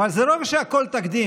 אבל זה לא רק שהכול תקדים,